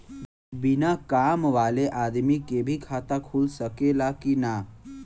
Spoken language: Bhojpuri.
बिना काम वाले आदमी के भी खाता खुल सकेला की ना?